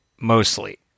mostly